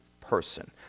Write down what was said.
person